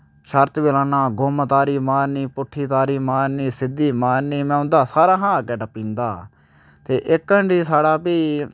शर्त बी लान्ना गुम्म तारी मारनी पुट्ठी तारी मारनी सिद्धी मारनी में उं'दा सारें शा अग्गें टप्पी जंदा हा ते इक हांडी साढ़ा भी